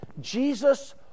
Jesus